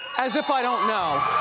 as if i don't know.